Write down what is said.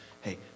Hey